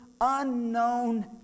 unknown